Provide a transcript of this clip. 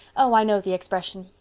oh, i know the expression.